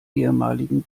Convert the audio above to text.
ehemaligen